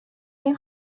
این